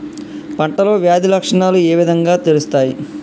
పంటలో వ్యాధి లక్షణాలు ఏ విధంగా తెలుస్తయి?